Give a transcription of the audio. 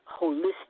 holistic